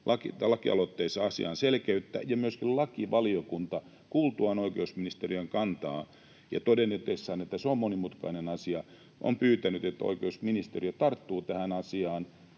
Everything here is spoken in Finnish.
lakialoitteessa asiaan selkeyttä, ja myöskin lakivaliokunta kuultuaan oikeusministeriön kantaa ja todettuaan, että asia on monimutkainen, on pyytänyt, että oikeusministeriö tarttuu tähän asiaan.